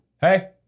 hey